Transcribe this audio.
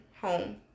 home